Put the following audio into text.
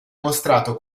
mostrato